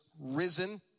risen